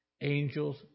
Angels